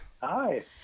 Hi